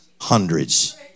hundreds